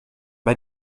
bei